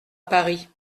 paris